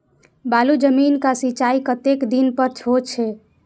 बालू जमीन क सीचाई कतेक दिन पर हो छे?